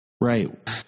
Right